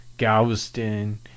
Galveston